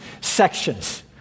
sections